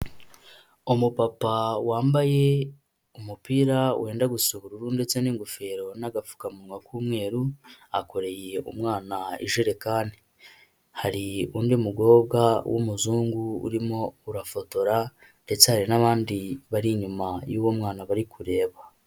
Umu papa wambaye umupira wenda gusa ubururu ndetse n'ingofero n'agapfukamunwa k'umweru akoreye umwana ijerekani, hari undi mukobwa w'umuzungu urimo urafotora, ndetse hari n'abandi bari inyuma y'uwo mwana bari kureba.